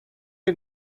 you